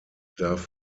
darf